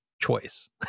choice